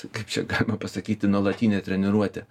kaip čia galima pasakyti nuolatinė treniruotė